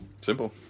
simple